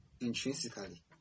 intrinsically